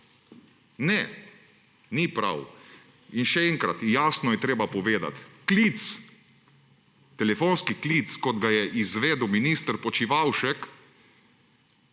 Ne! Ni prav! In še enkrat, jasno je treba povedati: klic, telefonski klic kot ga je izvedel minister Počivalšek